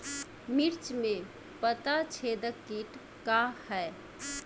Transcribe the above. मिर्च में पता छेदक किट का है?